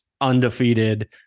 undefeated